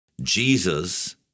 Jesus